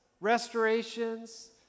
restorations